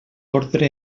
ordre